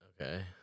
Okay